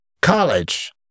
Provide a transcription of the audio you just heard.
College